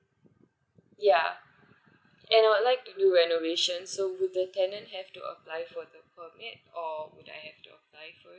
ya and I would like to do renovation so would the tenant have to apply for the permit or would I have to apply for it